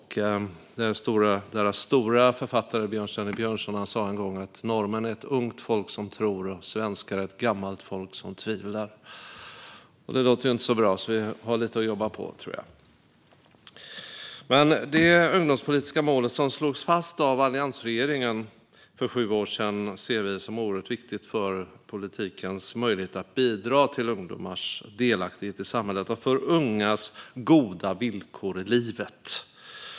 Deras stora författare Bjørnstjerne Bjørnson sa en gång att norrmän är ett ungt folk som tror och svenskar ett gammalt folk som tvivlar. Det låter inte så bra. Vi har lite att jobba på, tror jag. Det ungdomspolitiska målet som slogs fast av alliansregeringen för sju år sedan ser vi som oerhört viktigt för politikens möjlighet att bidra till ungdomars delaktighet i samhället och för ungas goda villkor i livet.